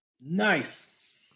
Nice